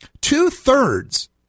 two-thirds